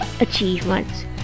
achievements